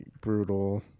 brutal